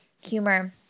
humor